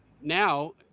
now